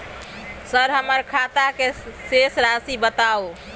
Sir हमर खाता के शेस राशि बताउ?